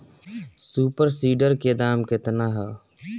Super seeder के दाम केतना ह?